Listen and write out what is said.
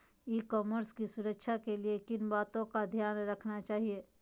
E commerce की सुरक्षा के लिए किन बातों का ध्यान रखना चाहिए?